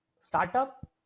startup